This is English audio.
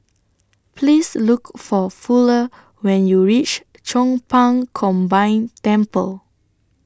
Please Look For Fuller when YOU REACH Chong Pang Combined Temple